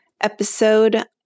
episode